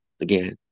again